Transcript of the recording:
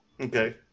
Okay